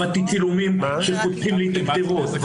הבאתי צילומים שחותכים לי את הגדרות.